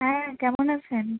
হ্যাঁ কেমন আছেন